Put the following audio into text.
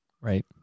Right